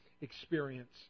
experience